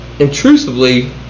intrusively